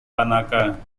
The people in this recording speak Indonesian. tanaka